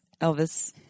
Elvis